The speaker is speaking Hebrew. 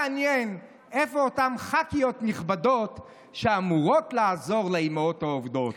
מעניין איפה אותן ח"כיות נכבדות שאמורות לעזור לאימהות העובדות.